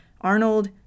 arnold